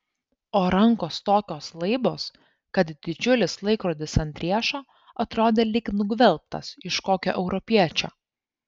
o rankos tokios laibos kad didžiulis laikrodis ant riešo atrodė lyg nugvelbtas iš kokio europiečio